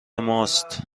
ماست